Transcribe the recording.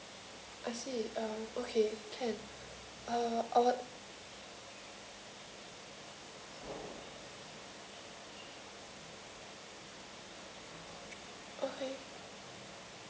I see um okay can uh our okay